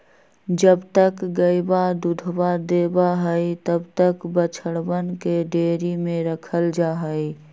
जब तक गयवा दूधवा देवा हई तब तक बछड़वन के डेयरी में रखल जाहई